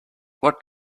what